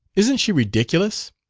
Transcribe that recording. isn't she ridiculous!